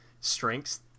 Strengths